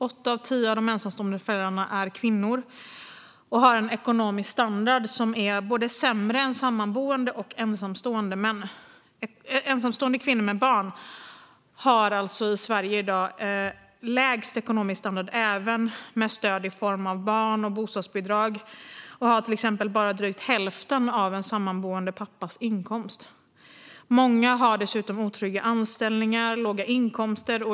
Åtta av tio av de ensamstående föräldrarna är kvinnor. De har en ekonomisk standard som är sämre än både sammanboende och ensamstående mäns. Ensamstående kvinnor med barn har alltså i Sverige i dag lägst ekonomisk standard, även med stöd i form av barnbidrag och bostadsbidrag, och har till exempel bara drygt hälften av en sammanboende pappas inkomst. Många har dessutom otrygga anställningar och låga inkomster.